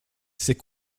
c’est